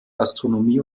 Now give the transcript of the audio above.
astronomie